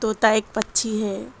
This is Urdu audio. طوطا ایک پکچھی ہے